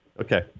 Okay